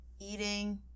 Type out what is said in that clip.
eating